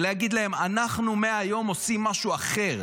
ולהגיד להם: אנחנו מהיום עושים משהו אחר.